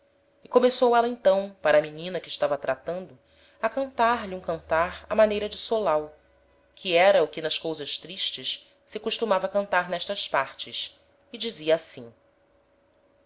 e começou éla então para a menina que estava tratando a cantar lhe um cantar á maneira de solau que era o que nas cousas tristes se costumava cantar n'estas partes e dizia assim